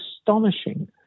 astonishing